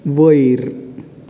वयर